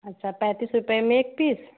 अच्छा पैंतीस रुपये में एक पीस